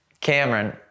Cameron